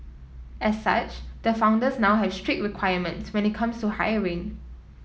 as such the founders now have strict requirements when it comes to hiring